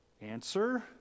Answer